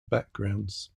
backgrounds